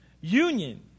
union